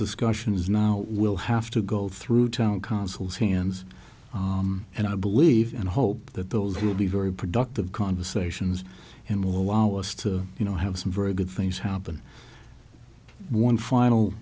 discussions now will have to go through town councils hands and i believe and hope that those who will be very productive conversations and will allow us to you know have some very good things happen one